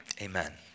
Amen